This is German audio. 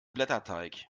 blätterteig